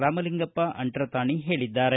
ರಾಮಲಿಂಗಪ್ಪ ಅಂಟರತಾನಿ ಹೇಳಿದ್ದಾರೆ